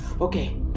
Okay